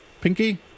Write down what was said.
pinky